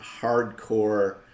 hardcore